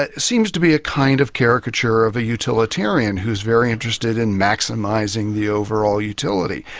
ah seems to be a kind of caricature of a utilitarian, who's very interested in maximising the overall utility,